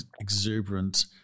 exuberant